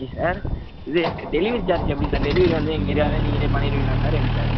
okay sir இது delivery charge எப்படி sir delivery வந்து எங்கள் ஏரியாவில நீங்களே பண்ணிடுவிங்களா சார் என்ன சார்